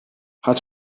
hat